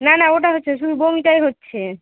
না না ওটা হচ্ছে না শুধু বমিটাই হচ্ছে